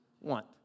want